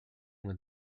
with